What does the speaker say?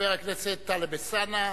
חבר הכנסת טלב אלסאנע.